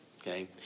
okay